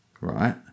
Right